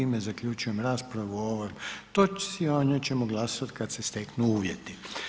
Time zaključujem raspravu o ovoj točci, a o njoj ćemo glasovati kad se steknu uvjeti.